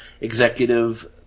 executive